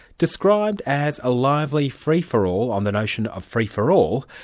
described as a lively free-for-all on the notion of free for all,